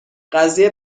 قضیه